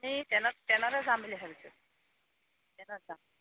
এই ট্ৰেনতে যাম বুলি ভাবিছোঁ ট্ৰেনত যাম